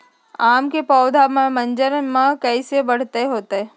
आम क पौधा म मजर म कैसे बढ़त होई?